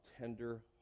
tender